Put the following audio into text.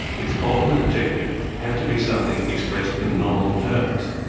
its ultimate objective had to be something expressed in nominal terms,